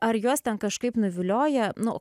ar juos ten kažkaip nuvilioja nu